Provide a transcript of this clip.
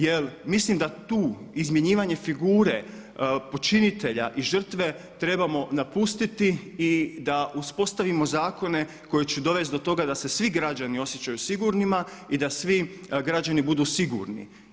Jer mislim da tu izmjenjivanje figure počinitelja i žrtve trebamo napustiti i da uspostavimo zakone koji će dovesti do toga da se svi građani osjećaju sigurnima i da svi građani budu sigurni.